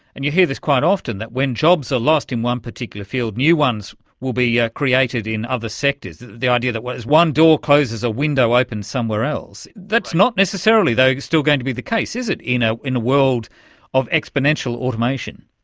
and you hear this quite often, that when jobs are lost in one particular field, new ones will be yeah created in other sectors, the idea that as one door closes a window opens somewhere else. that's not necessarily still going to be the case, is it, you know in a world of exponential automation.